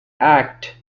act